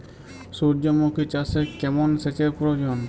সূর্যমুখি চাষে কেমন সেচের প্রয়োজন?